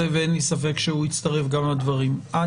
ואין לי ספק שהוא יצטרף גם לדברים שאני אומר.